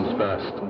first